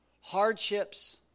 hardships